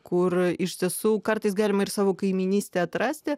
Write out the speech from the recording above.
kur iš tiesų kartais galima ir savo kaimynystę atrasti